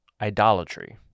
idolatry